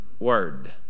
Word